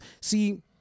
See